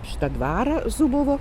šitą dvarą zubovo